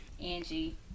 Angie